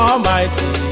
Almighty